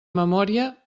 memòria